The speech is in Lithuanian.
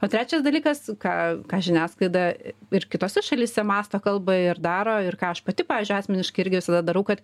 o trečias dalykas ką ką žiniasklaida ir kitose šalyse mąsto kalba ir daro ir ką aš pati pavyzdžiui asmeniškai irgi visada darau kad